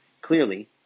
Clearly